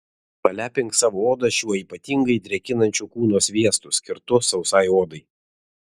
palepink savo odą šiuo ypatingai drėkinančiu kūno sviestu skirtu sausai odai